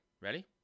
Ready